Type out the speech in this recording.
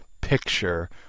picture